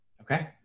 Okay